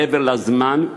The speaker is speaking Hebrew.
מעבר לזמן,